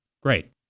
great